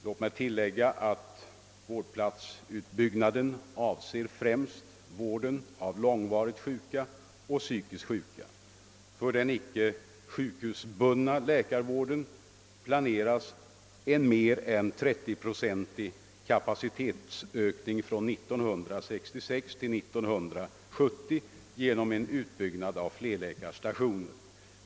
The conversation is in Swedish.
Låt mig tillägga att vårdplatsutbyggnaden avser främst vården av långvarigt sjuka och psykiskt sjuka. För den icke sjukhusbundna läkarvården planeras en mer än 30-procentig kapacitetsökning från 1966 till 1970 genom en utbyggnad av flerläkarstationer.